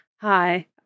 hi